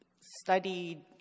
studied